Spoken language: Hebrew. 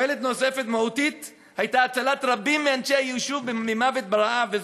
תועלת נוספת מהותית הייתה הצלת רבים מאנשי היישוב ממוות ברעב,